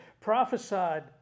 prophesied